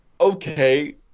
okay